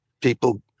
people